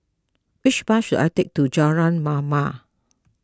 which bus should I take to Jalan Mamam